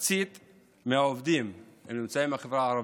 מחצית מהעובדים הנמצאים הם מהחברה הערבית,